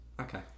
Okay